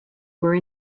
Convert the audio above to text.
were